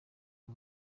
uyu